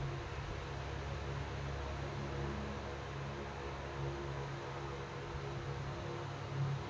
ಯಾವದರಾ ಬ್ಯಾಂಕಿಗೆ ಹೋಗ್ಲಿ ಸಾಲ ಕೇಳಾಕ ಅವ್ರ್ ಸಿಬಿಲ್ ಸ್ಕೋರ್ ಎಷ್ಟ ಅಂತಾ ಕೇಳ್ತಾರ ಏನ್ ಸಾರ್ ಹಂಗಂದ್ರ?